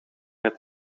het